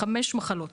מתוכן